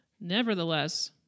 Nevertheless